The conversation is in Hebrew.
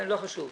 לא חשוב.